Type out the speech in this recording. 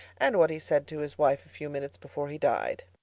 and what he said to his wife a few minutes before he died.